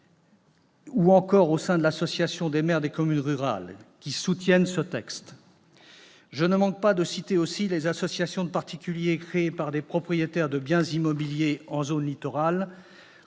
ou encore au sein de l'Association des maires ruraux de France, l'AMRF, lesquelles soutiennent ce texte. Je ne manque pas de citer aussi les associations de particuliers créées par des propriétaires de biens immobiliers en zone littorale,